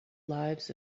lives